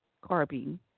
carbine